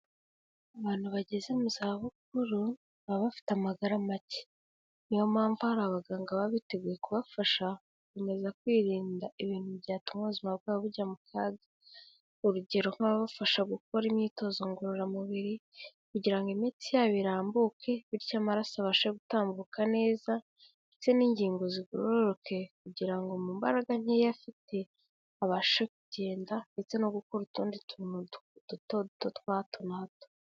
Abantu bageze mu za bukuru baba bafite amagara make, niyo mpamvu hari abaganga baba biteguye kubafasha, gukomeza kwirinda ibintu byatuma ubuzima bwabo bujya mu kaga, urugero nk'ababafasha gukora imyitozo ngororamubiri kugira ngo imitsi yabo irambuke bityo amaraso abashe gutambuka neza, ndetse n'ingingo zigororoke kugira mu mbaraga nkeya afite abashe kugenda ndetse no gukora utundi tuntu duto duto twa hato na hato.